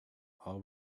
all